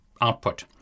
output